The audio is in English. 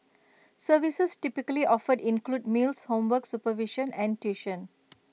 services typically offered include meals homework supervision and tuition